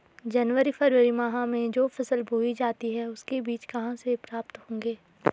जनवरी फरवरी माह में जो फसल बोई जाती है उसके बीज कहाँ से प्राप्त होंगे?